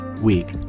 week